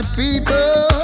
people